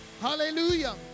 hallelujah